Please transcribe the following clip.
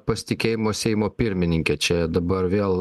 pasitikėjimo seimo pirmininke čia dabar vėl